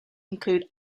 include